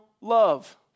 love